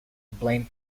blaine